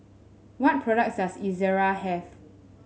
what products does Ezerra have